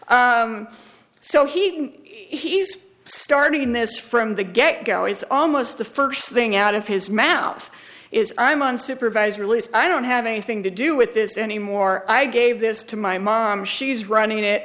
so he's starting this from the get go it's almost the first thing out of his mouth is i'm on supervised release i don't have anything to do with this anymore i gave this to my mom she's running it